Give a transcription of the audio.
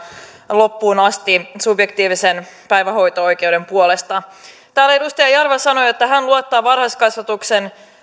loppuun asti subjektiivisen päivähoito oikeuden puolesta täällä edustaja jarva sanoi että hän luottaa varhaiskasvatuksen